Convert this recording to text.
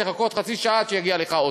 לחכות חצי שעה עד שיגיע לך אוטובוס,